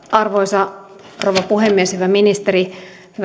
arvoisa rouva puhemies hyvä ministeri hyvät